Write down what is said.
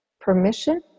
permission